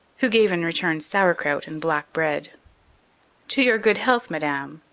who gave in return sauerkraut and black bread to your good health, madame,